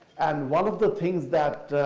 and one of the things that,